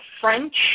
French